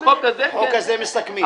את החוק הזה מסכמים.